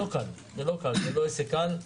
זה לא עסק קל,